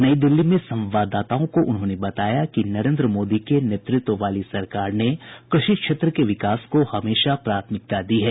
नई दिल्ली में संवाददाताओं को उन्होंने बताया कि नरेग्द्र मोदी के नेतृत्व वाली सरकार ने कृषि क्षेत्र के विकास को हमेशा प्राथमिकता दी है